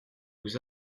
nous